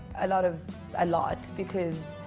a lot of a lot because